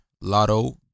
Lotto